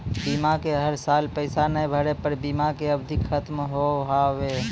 बीमा के हर साल पैसा ना भरे पर बीमा के अवधि खत्म हो हाव हाय?